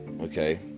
Okay